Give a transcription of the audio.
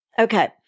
Okay